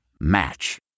Match